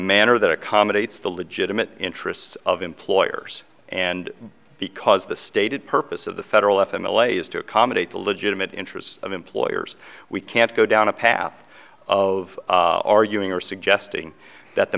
manner that accommodates the legitimate interests of employers and because the stated purpose of the federal f m l a is to accommodate the legitimate interests of employers we can't go down a path of arguing or suggesting that the